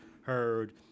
heard